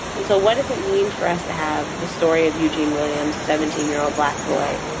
and so what does it mean for us to have the story of eugene williams, seventeen year old black boy,